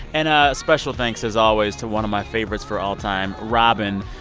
and a special thanks, as always, to one of my favorites for all time, robyn,